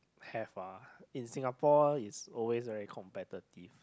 have ah in Singapore it's always very competitive